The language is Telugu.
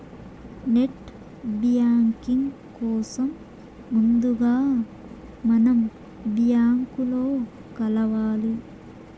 నెట్ బ్యాంకింగ్ కోసం ముందుగా మనం బ్యాంకులో కలవాలి